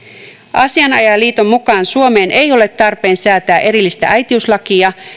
asianajajaliiton mukaan suomeen ei ole tarpeen säätää erillistä äitiyslakia